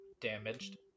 damaged